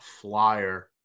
flyer